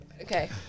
Okay